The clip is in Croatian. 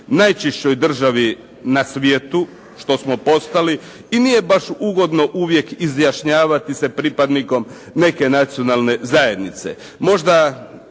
najčišćoj državi na svijetu što smo postali nije baš ugodno uvijek izjašnjavati se pripadnikom neke nacionalne zajednice.